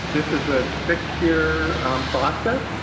this is a six year process,